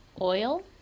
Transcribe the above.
Oil